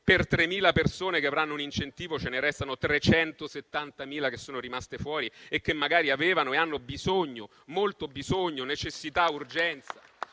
per 3.000 persone che avranno un incentivo, ne restano 370.000 che sono rimaste fuori e che magari avevano e hanno molto bisogno, necessità e urgenza.